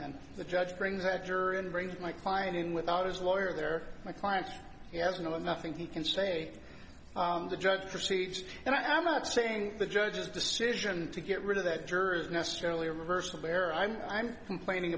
and the judge brings after and bring my client in without his lawyer there my client has no nothing he can say the judge perceives and i am not saying the judge's decision to get rid of that jersey necessarily a reversal where i'm i'm complaining